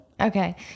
Okay